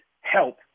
help